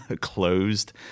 closed